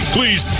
Please